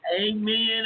Amen